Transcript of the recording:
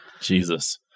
jesus